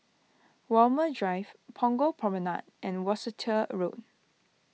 Walmer Drive Punggol Promenade and Worcester Road